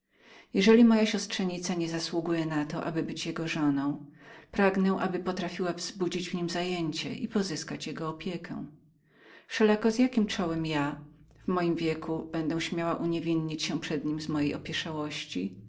jeżeli moja synowica nie zasługuje być jego żoną pragnę aby potrafiła wzbudzić w nim zajęcie i pozyskać jego opiekę wszelako z jakiem czołem ja w moim wieku będę śmiała uniewinnić się przed nim z mojej